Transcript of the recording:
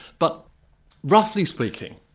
but roughly speaking,